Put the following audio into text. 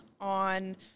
on